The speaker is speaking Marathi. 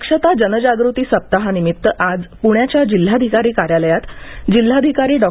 दक्षता जनजागृती सप्ताहानिमित्त आज पुण्याच्या जिल्हाधिकारी कार्यालयात जिल्हाधिकारी डॉ